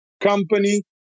company